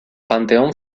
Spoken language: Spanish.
panteón